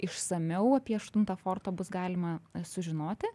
išsamiau apie aštuntą fortą bus galima sužinoti